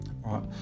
right